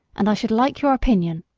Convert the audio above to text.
and i should like your opinion.